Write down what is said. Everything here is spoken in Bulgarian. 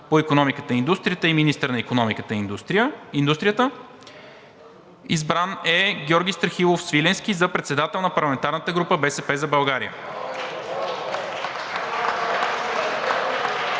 по икономиката и индустрията и министър на икономиката и индустрията. Избран е Георги Страхилов Свиленски за председател на парламентарната група на „БСП за България“.